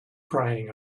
crying